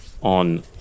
on